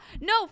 No